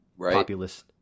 populist